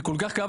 זה כל כך כאב,